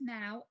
now